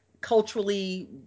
culturally